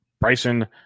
Bryson